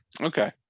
okay